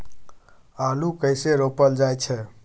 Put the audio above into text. आलू कइसे रोपल जाय छै?